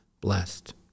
blessed